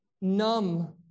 numb